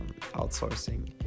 outsourcing